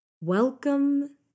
Welcome